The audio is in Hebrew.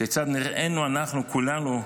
כיצד נראינו אנחנו כולנו,